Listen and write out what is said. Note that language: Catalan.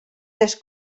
les